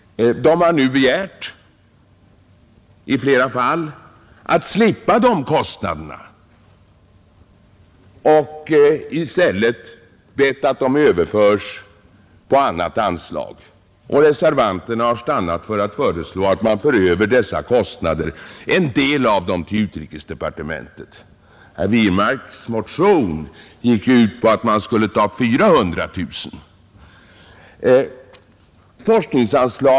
Men nu har de i flera fall begärt att få slippa de kostnaderna och hemställt om att de i stället förs över på ett annat anslag. Reservanterna har då föreslagit att man för över en del av dessa kostnader till utrikesdepartementet. Herr Wirmarks motion går ut på att man skall föra över 400 000 kronor.